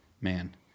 Man